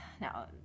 now